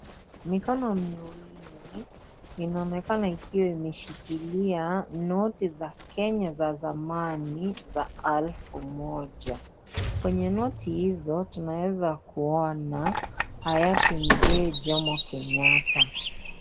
Mikono miwili inaonekana ikiwa imeshikilia noti za Kenya za zamani za elfu moja . Kwenye noti hizo tunaweza kuona hayati mzee Jomo Kenyatta.